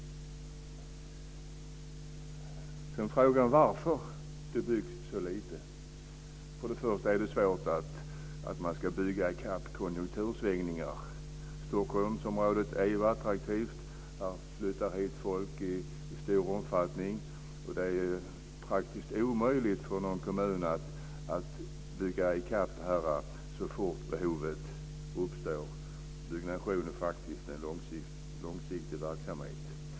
Man frågar sig varför det byggs så lite. Till att börja med är det svårt att bygga i kapp konjunktursvängningar. Stockholmsområdet är attraktivt. Hit flyttar folk i stor omfattning. Det är praktiskt taget omöjligt för en kommun att bygga i kapp så fort det uppstår behov. Byggnation är faktiskt en långsiktig verksamhet.